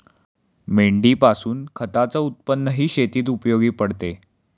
मेंढीपासून खताच उत्पन्नही शेतीत उपयोगी पडते